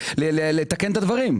בשביל לתקן את הדברים.